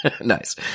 nice